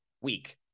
week